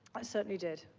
i certainly did.